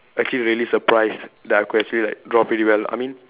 actually really surprised that I could actually like draw pretty well I mean